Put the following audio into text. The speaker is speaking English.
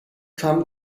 come